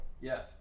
Yes